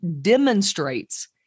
demonstrates